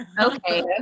Okay